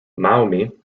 maumee